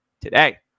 today